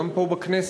גם פה בכנסת.